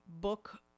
book